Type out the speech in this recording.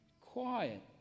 quiet